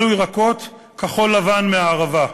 אלו ירקות כחול-לבן מהערבה.